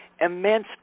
Immense